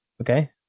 Okay